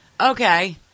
Okay